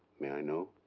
may i know?